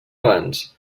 abans